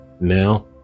now